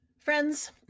Friends